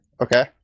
Okay